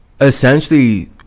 essentially